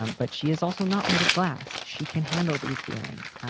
um but she is also not made of glass. she can handle these feelings.